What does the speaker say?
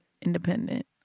independent